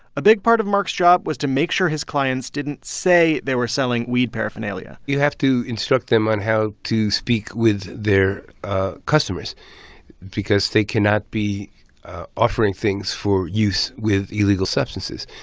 a big part of marc's job was to make sure his clients didn't say they were selling weed paraphernalia you have to instruct them on how to speak with their ah customers because they cannot be offering things for use with illegal substances.